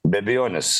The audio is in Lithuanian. be abejonės